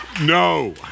No